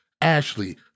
Ashley